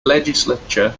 legislature